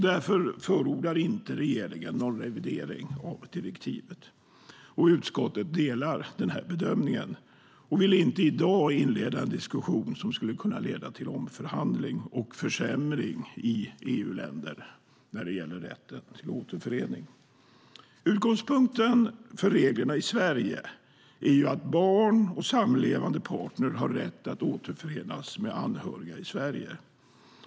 Därför förordar inte regeringen någon revidering av direktivet. Utskottet delar den bedömningen och vill inte i dag inleda en diskussion som skulle kunna leda till omförhandling och försämring i EU-länder när det gäller rätten till återförening. Utgångspunkten för reglerna i Sverige är att barn och samlevande partner har rätt att återförenas med anhöriga i Sverige.